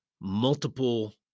multiple